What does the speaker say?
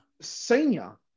Senior